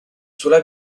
sulla